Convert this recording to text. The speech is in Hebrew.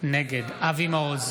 נגד אבי מעוז,